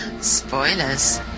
Spoilers